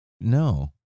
No